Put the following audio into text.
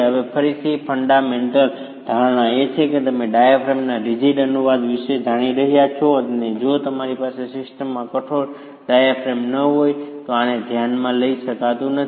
હવે ફરીથી ફન્ડામેન્ટલ મૂળભૂત ધારણા એ છે કે તમે ડાયાફ્રેમના રીજીડ કઠોર અનુવાદ વિશે જાણી રહ્યા છો તેથી જો તમારી પાસે સિસ્ટમમાં કઠોર ડાયાફ્રેમ ન હોય તો આને ધ્યાનમાં લઈ શકાતું નથી